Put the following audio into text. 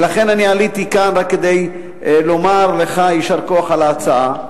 ולכן אני עליתי כאן רק כדי לומר לך יישר כוח על ההצעה.